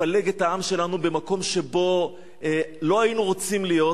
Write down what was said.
והיא מפלגת את העם שלנו במקום שבו לא היינו רוצים להיות.